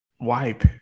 wipe